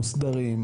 מוסדרים,